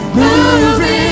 moving